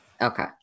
Okay